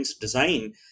design